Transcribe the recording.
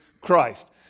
Christ